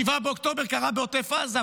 7 באוקטובר קרה בעוטף עזה,